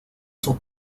sus